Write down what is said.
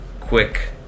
quick